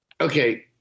okay